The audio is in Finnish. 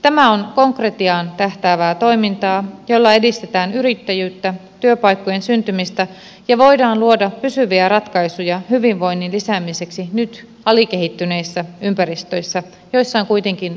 tämä on konkretiaan tähtäävää toimintaa jolla edistetään yrittäjyyttä sekä työpaikkojen syntymistä ja voidaan luoda pysyviä ratkaisuja hyvinvoinnin lisäämiseksi nyt alikehittyneissä ympäristöissä joissa on kuitenkin potentiaalia